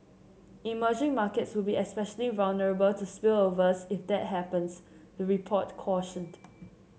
emerging markets would be especially vulnerable to spillovers if that happens the report cautioned